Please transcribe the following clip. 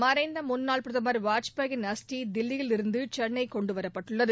மறைந்த முன்னாள் பிரதம் வாஜ்பேயின் அஸ்தி தில்லியிலிருந்து சென்னை கொண்டு வரப்பட்டுள்ளது